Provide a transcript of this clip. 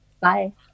Bye